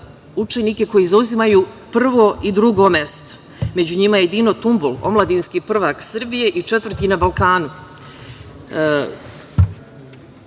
učenike koji zauzimaju prvo i drugo mesto. Među njima je i Dino Tumbul, omladinski prvak Srbije i četvrti na Balkanu. Da